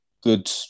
good